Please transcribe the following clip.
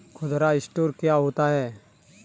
खुदरा स्टोर क्या होता है?